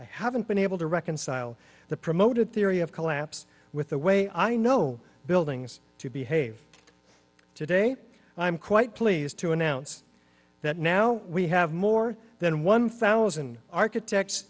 i haven't been able to reconcile the promoted theory of collapse with the way i know buildings to behave today i'm quite pleased to announce that now we have more than one thousand architects